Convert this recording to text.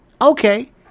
Okay